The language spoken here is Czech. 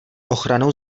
ochranou